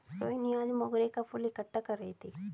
रोहिनी आज मोंगरे का फूल इकट्ठा कर रही थी